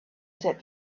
said